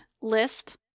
list